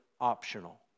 optional